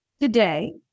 today